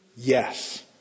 Yes